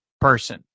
person